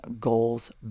goals